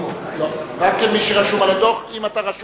היא לא רשומה בחוק.